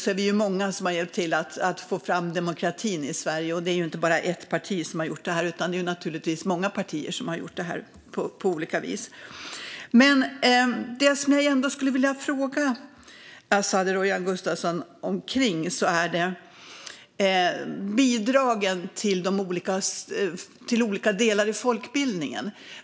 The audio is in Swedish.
Det är inte bara ett parti som har hjälpt till att få fram demokratin i Sverige, utan vi är många partier som har gjort det på olika vis. Jag vill fråga Azadeh Rojhan Gustafsson om bidragen till olika delar i folkbildningen.